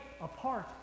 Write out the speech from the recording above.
apart